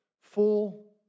full